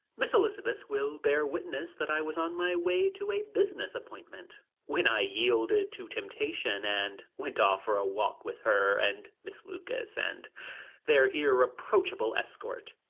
miss elizabeth will bear witness that i was on my way to a business appointment when i yielded to temptation and went off for a walk with her and miss lucas and their irreproachable escort.